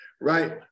right